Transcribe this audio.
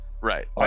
Right